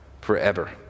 forever